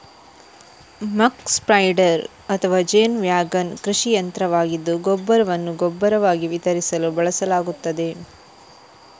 ಮಕ್ spreader ಅಥವಾ ಜೇನು wagon ಕೃಷಿ ಯಂತ್ರವಾಗಿದ್ದು ಗೊಬ್ಬರವನ್ನು ಗೊಬ್ಬರವಾಗಿ ವಿತರಿಸಲು ಬಳಸಲಾಗುತ್ತದೆ